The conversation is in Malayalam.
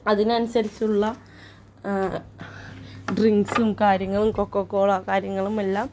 അതിനനുസരിച്ചുളള ഡ്രിങ്ക്സും കാര്യങ്ങളും കൊക്ക കോള കാര്യങ്ങളുമെല്ലാം